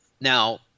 now